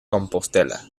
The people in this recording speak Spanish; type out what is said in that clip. compostela